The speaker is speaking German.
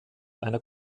einer